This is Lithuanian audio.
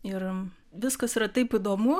ir viskas yra taip įdomu